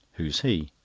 who's he?